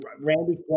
Randy